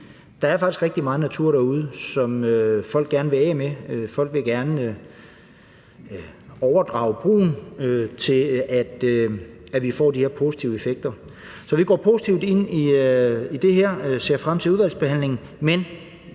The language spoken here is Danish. Der er faktisk rigtig meget natur derude, som folk gerne vil af med. Folk vil gerne overdrage brugen, så vi får de her positive effekter. Så vi går positivt ind i det her og ser frem til udvalgsbehandlingen. Men